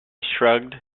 shrugged